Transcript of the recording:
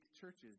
churches